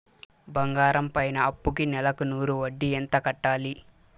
బంగారం పైన అప్పుకి నెలకు నూరు వడ్డీ ఎంత కట్టాలి?